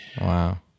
Wow